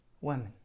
women